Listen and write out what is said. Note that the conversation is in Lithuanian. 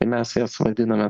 tai mes jas vadiname